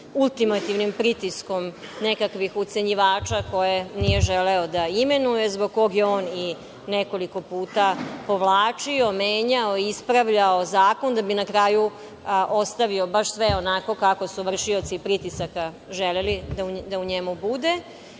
ultimativnim pritiskom nekakvih ucenjivača koja nije želeo da imenuje, zbog kog je on i nekoliko puta povlačio, menjao, ispravljao zakon, da bi na kraju ostavio baš sve onako kako su vršioci pritisaka želeli da u njemu